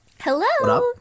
Hello